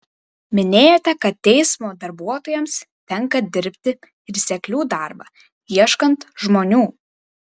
minėjote kad teismo darbuotojams tenka dirbti ir seklių darbą ieškant žmonių